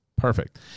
Perfect